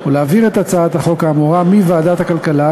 הכנסת החליטה בישיבתה